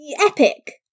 Epic